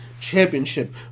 championship